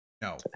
No